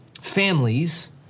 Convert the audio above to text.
families